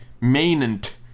maintenance